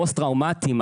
פוסט-טראומתיים,